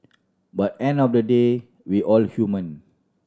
but on the end of the day we all human